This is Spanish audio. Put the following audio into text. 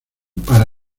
para